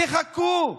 תחכו,